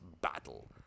battle